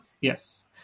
yes